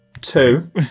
two